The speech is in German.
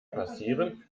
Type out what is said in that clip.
passieren